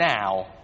now